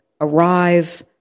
arrive